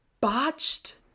botched